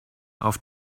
auf